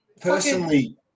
Personally